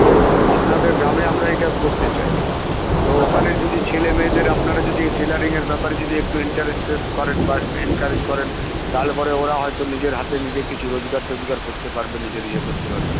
তো আপনাদের গ্রামে আমরা এইটা করতে চাই তো ওখানের যদি ছেলে মেয়েদের আপনারা যদি এই টেইলরিংয়ের ব্যাপারে যদি একটু ইন্টারেস্টেড করেন বা এনকারেজ করেন তাহলে পরে ওরা হয়তো নিজের হাতে নিজে কিছু রোজগার টোজগার করতে পারবে নিজের ইয়ে করতে পারবে